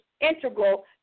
integral